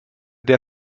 der